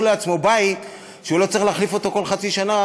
לעצמו בית שהוא לא צריך להחליף אותו כל שנה,